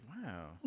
Wow